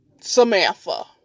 Samantha